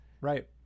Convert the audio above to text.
right